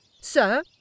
Sir